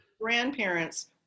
grandparents